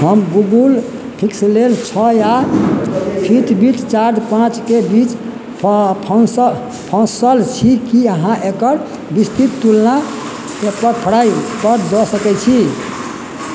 हम Google Pixel लेल छओ या फिटबिट चार्ज पाँच के बीच फँस फँसल छी की अहाँ एकर बिस्तृत तुलना पेपरफ्राइ पर दऽ सकैत छी